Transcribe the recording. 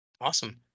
Awesome